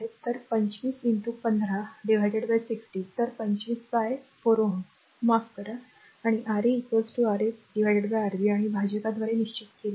तर 25 1560 तर 25 बाय 4 Ω माफ करा आणि R a Ra Rb आणि भाजकांद्वारे निश्चित केले आहे